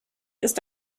ist